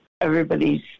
everybody's